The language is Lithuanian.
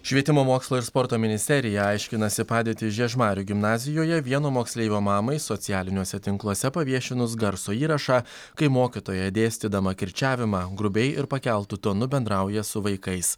švietimo mokslo ir sporto ministerija aiškinasi padėtį žiežmarių gimnazijoje vieno moksleivio mamai socialiniuose tinkluose paviešinus garso įrašą kai mokytoja dėstydama kirčiavimą grubiai ir pakeltu tonu bendrauja su vaikais